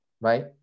right